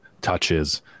touches